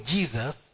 Jesus